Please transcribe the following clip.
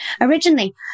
Originally